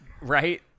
right